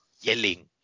yelling